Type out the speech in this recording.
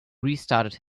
restarted